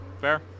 Fair